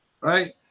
right